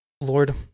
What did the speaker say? Lord